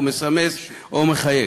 מסמס או מחייג.